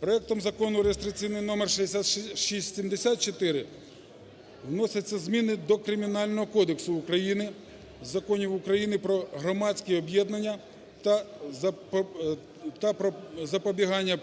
Проектом Закону реєстраційний номер 6674 вносяться зміни до Кримінального кодексу України, Законів України "Про громадські об'єднання" та "Про запобігання